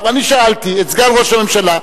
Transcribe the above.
אני שאלתי את סגן ראש הממשלה,